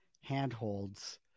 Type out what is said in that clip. handholds